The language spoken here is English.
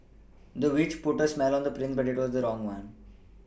the witch put a spell on the prince but it the wrong one